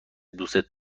دوستت